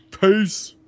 Peace